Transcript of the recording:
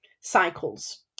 cycles